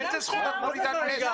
באיזו זכות את מורידה לי ציון.